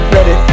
Ready